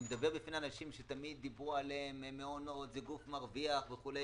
אני מדבר בפני אנשים שתמיד דיברו על המעונות כגוף מרוויח וכו'